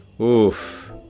Oof